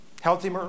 Healthy